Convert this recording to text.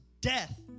death